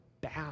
bad